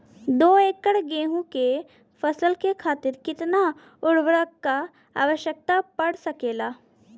दो एकड़ गेहूँ के फसल के खातीर कितना उर्वरक क आवश्यकता पड़ सकेल?